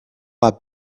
lot